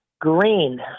Green